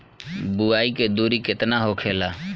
बुआई के दूरी केतना होखेला?